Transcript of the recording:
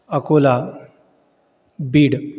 Akola Beed